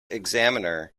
examiner